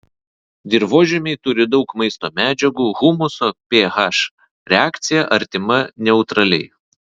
dirvožemiai turi daug maisto medžiagų humuso ph reakcija artima neutraliai